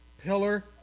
pillar